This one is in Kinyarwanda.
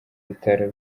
bitaro